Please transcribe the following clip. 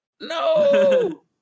no